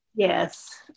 Yes